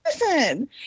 listen